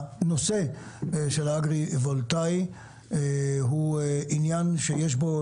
הנושא של האגרי-וולטאי הוא עניין שיש בו,